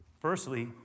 Firstly